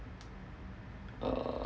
uh